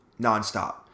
nonstop